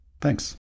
Thanks